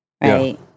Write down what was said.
Right